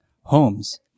Holmes